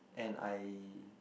and I